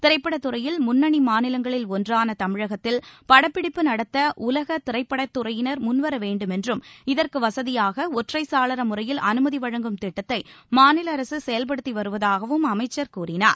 திரைப்படத்துறையில் முன்னணி மாநிலங்களில் ஒன்றான தமிழகத்தில் படப்பிடிப்பு நடத்த உலக திரைப்படத்துறையினர் முன்வர வேண்டுமென்றும் இதற்கு வசதியாக ஒற்றைச்சாளர முறையில் அனுமதி வழங்கும் திட்டத்தை மாநில அரசு செயல்படுத்தி வருவதாகவும் அமைச்சர் கூறினார்